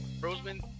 Roseman